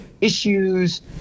issues